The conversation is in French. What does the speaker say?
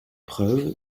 preuve